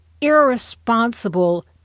irresponsible